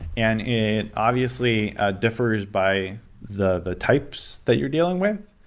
and it obviously ah differs by the the types that you're dealing with.